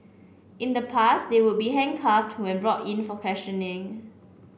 in the past they would be handcuffed when brought in for questioning